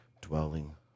dwelling